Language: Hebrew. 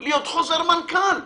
להיות חוזר מנכ"ל,